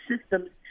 systems